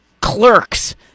clerks